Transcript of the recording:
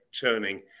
turning